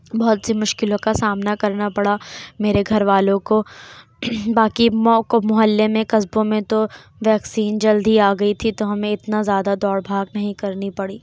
بہت سی مشکلوں کا سامنا کرنا پڑا میرے گھر والوں کو باقی موقوں محلے میں قصبوں میں تو ویکسین جلدی ہی آ گئی تھی تو ہمیں اتنا زیادہ دوڑ بھاگ نہیں کرنی پڑی